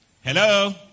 Hello